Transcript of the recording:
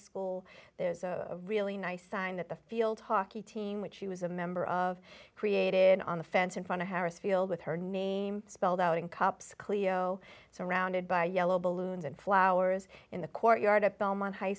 school there's a really nice sign that the field hockey team which she was a member of created on the fence in front of harris field with her name spelled out in cups clear oh surrounded by yellow balloons and flowers in the courtyard at belmont high